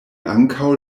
ankaŭ